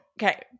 Okay